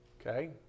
Okay